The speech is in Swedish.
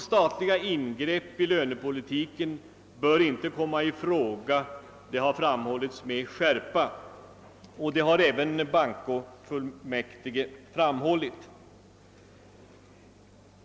Statliga ingrepp i lönepolitiken bör inte komma i fråga. Det har med skärpa framhållits, även av bankofullmäktige.